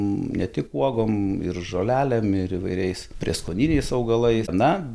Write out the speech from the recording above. ne tik uogom ir žolelėm ir įvairiais prieskoniniais augalais na